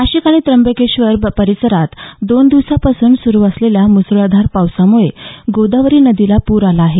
नाशिक आणि त्यंबकेश्वर परिसरात दोन दिवसांपासून सुरू असलेल्या मुसळधार पावसामुळे गोदावरी नदीला पूर आला आहे